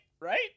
Right